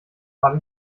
habe